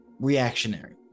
reactionary